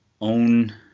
own